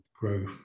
grow